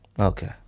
Okay